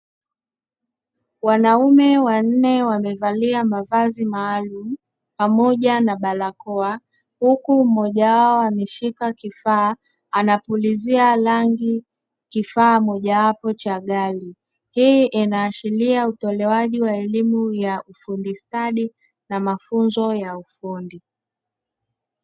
Wanaume wanne wamevalia mavazi maalumu pamoja na barakoa, huku mmoja wao ameshika kifaa anapulizia rangi kifaa moja wapo cha gari, hii inaashiria utolewaji wa elimu ya ufundi stadi na mafunzo ya ufundi.